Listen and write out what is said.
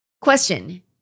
Question